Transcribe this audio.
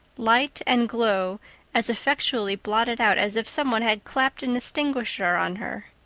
light and glow as effectually blotted out as if some one had clapped an extinguisher on her.